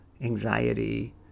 anxiety